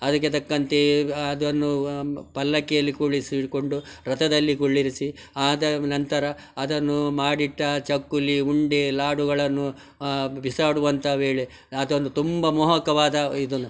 ಅದಕ್ಕೆ ತಕ್ಕಂತೆಯೇ ಅದನ್ನು ಪಲ್ಲಕ್ಕಿಯಲ್ಲಿ ಕುಳಿಸಿಕೊಂಡು ರಥದಲ್ಲಿ ಕುಳ್ಳಿರಿಸಿ ಆದನಂತರ ಅದನ್ನು ಮಾಡಿಟ್ಟ ಚಕ್ಕುಲಿ ಉಂಡೆ ಲಾಡುಗಳನ್ನು ಬಿಸಾಡುವಂಥ ವೇಳೆ ಅದೊಂದು ತುಂಬ ಮೋಹಕವಾದ ಇದನ್ನ